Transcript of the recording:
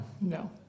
No